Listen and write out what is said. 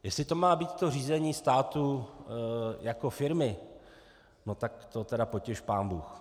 Jestli to má být to řízení státu jako firmy, no tak to tedy potěš pánbůh.